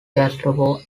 gestapo